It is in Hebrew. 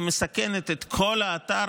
היא מסכנת את כל האתר,